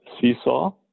Seesaw